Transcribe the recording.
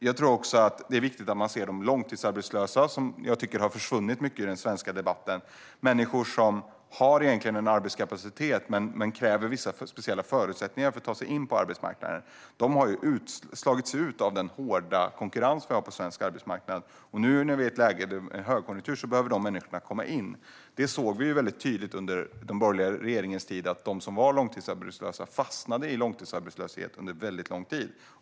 Jag tror också att det är viktigt att man ser de långtidsarbetslösa, som jag tycker har försvunnit ur den svenska debatten. Människor som har arbetskapacitet men kräver vissa speciella förutsättningar för att ta sig in på arbetsmarknaden har slagits ut av den hårda konkurrensen på svensk arbetsmarknad. Nu när vi är i ett läge med högkonjunktur behöver de människorna komma in. Vi såg tydligt under den borgerliga regeringen att de som var långtidsarbetslösa fastnade i långtidsarbetslöshet under väldigt lång tid.